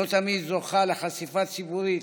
לא תמיד זוכה לחשיפה ציבורית,